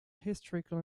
historical